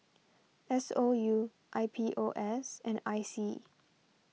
S O U I P O S and I C